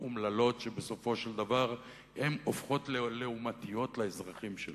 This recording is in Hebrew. אומללות שבסופו של דבר הן הופכות לעומתיות לאזרחים שלהן.